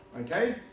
Okay